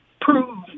prove